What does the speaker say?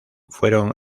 fueron